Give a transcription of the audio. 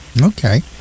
Okay